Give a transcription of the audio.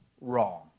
wrong